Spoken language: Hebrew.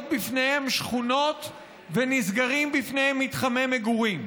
בפניהם שכונות ונסגרים בפניהם מתחמי מגורים,